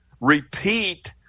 repeat